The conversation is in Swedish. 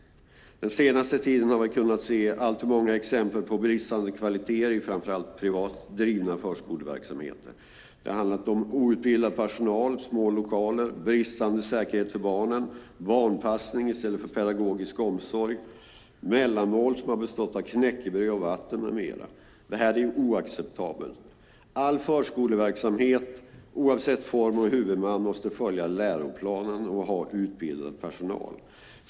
Den senaste tiden har vi kunnat se alltför många exempel på bristande kvalitet i framför allt privat driven förskoleverksamhet. Det har handlat om outbildad personal, små lokaler, bristande säkerhet för barnen, barnpassning i stället för pedagogisk omsorg, mellanmål som har bestått av knäckebröd och vatten med mera. Detta är oacceptabelt. All förskoleverksamhet oavsett form och huvudman måste följa läroplanen och ha utbildad personal.